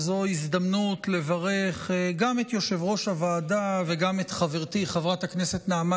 וזו הזדמנות לברך גם את יושב-ראש הוועדה וגם את חברתי חברת הכנסת נעמה